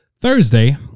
Thursday